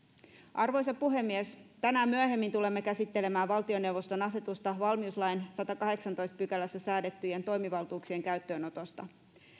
arvoisa puhemies myöhemmin tänään tulemme käsittelemään valtioneuvoston asetusta valmiuslain sadannessakahdeksannessatoista pykälässä säädettyjen toimivaltuuksien käyttöönotosta